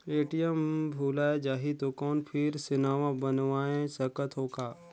ATM भुलाये जाही तो कौन फिर से नवा बनवाय सकत हो का?